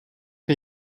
que